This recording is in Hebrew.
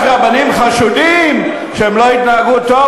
רק רבנים חשודים שהם לא יתנהגו טוב,